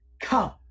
come